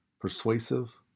persuasive